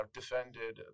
defended